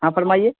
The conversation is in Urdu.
ہاں فرمائیے